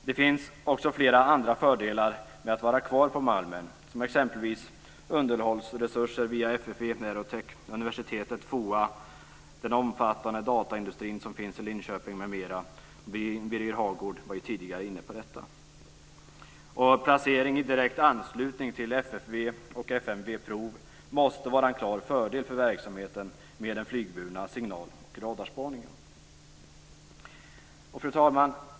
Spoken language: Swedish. Det finns också flera andra fördelar med att vara kvar på Malmen, exempelvis underhållsresurser via FFV Aerotech, universitetet, FOA, den omfattande dataindustri som finns i Linköping, m.m. Birger Hagård var tidigare inne på detta. En placering i direkt anslutning till FFV och FMV Prov måste vara en klar fördel för verksamheten med den flygburna signaloch radarspaningen. Fru talman!